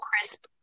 crisp